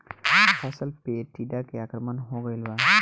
फसल पे टीडा के आक्रमण हो गइल बा?